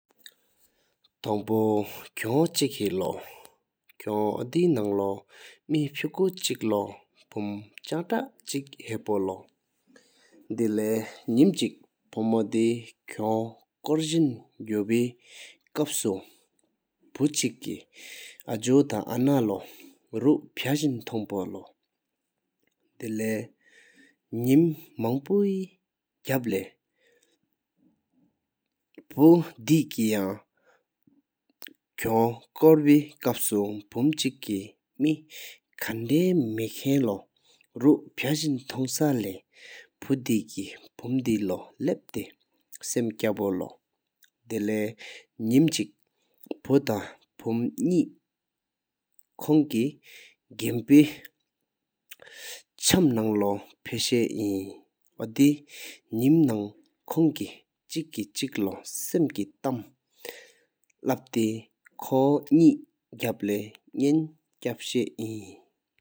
ཐང་པོ་ཁོང་གཅིག་ཧེ་ལོ་ཁོང་འོ་དེ་ནང་ལོ་མེད་ཕུ་ཀུ་གཅིག་ལོ་ཕུམ་བྱང་བཀྱག་གཅིག་ཧ་ཕོ་ལོ། དུས་ཆུང་གཅིག་ཕུམ་འོ་དེ་ཁོང་འདུས་ཆུང་བྱང་སྒུབས་སུ་ཕུ་གཅིག་ཀེ་ཨ་འཇུ་ཐང་མཐའ་ལོ་རོ་ཕ་ཤིང་ཐོང་ཕོ་ལོ། དུས་ཆུང་མང་པོ་ཀེ་གག་ལས་ཕུ་དེ་བསྐང་ཁོམ་ཀོར་འབུལ་སུ་ཕུམ་གཅིག་ཀེ་མེ་གནས་མ་ཁོམ་ལོ་ཕ་རིང་ཐོང་གསར་ལས་ཕུ་དེ་གཤོག་འས་བསྐངས་ཀ་བྱས་རོ། དུས་ཆུང་གཅིག་ཕུ་ཐང་ཕུམ་ཀུ་ཁོང་ཀེ་གམ་འུར་བཟའ་ནང་ལོ་ཕ་ཤ་ཨིན། ག་འདེ་ནང་ཁོང་ཀེ་གཅིག་ཀེ་གཅིག་ལོ་བསམ་ཀོ་སྐད་དུས་ཐང་དོས་ལོ་མ་པ་རིང་བསྒྱབས་པ་འེལ་ཁུང་ཁོས་སྐྱེས།